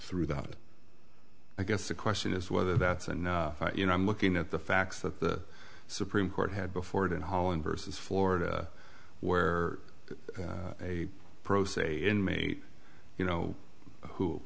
through the out i guess the question is whether that's and you know i'm looking at the facts that the supreme court had before it in holland versus florida where a pro se inmate you know who